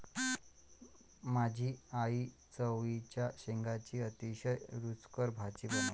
माझी आई चवळीच्या शेंगांची अतिशय रुचकर भाजी बनवते